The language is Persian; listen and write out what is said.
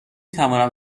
توانم